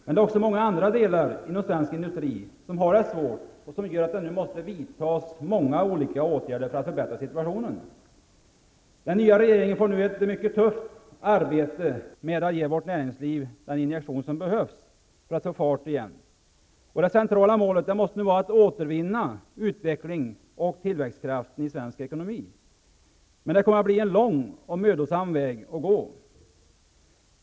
Men också många andra delar inom svensk industri har det svårt, vilket gör att det nu måste vidtas många olika åtgärder för att förbättra situationen. Den nya regeringen får därför nu ett mycket tufft arbete med att ge vårt näringsliv den injektion som behövs för att få fart igen. Det centrala målet måste nu vara att återvinna utvecklings och tillväxtkraften i svensk ekonomi. Men det kommer att bli en lång och mödosam väg att gå.